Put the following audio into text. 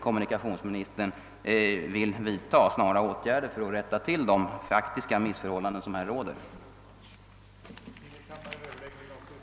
Till Riksdagens andra kammare - Härmed får jag anhålla om befrielse från riksdagsarbetet under tiden den 29 januari—2 februari 1968 för deltagande i Europarådets session i Strasbourg. principer som Sveriges delegation kom mer att företräda vid världshandelskonferensen i New Delhi